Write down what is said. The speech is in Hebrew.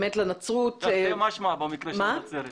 העלייה לרגל היא תרתי משמע, במקרה של נצרת.